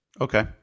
Okay